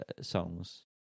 songs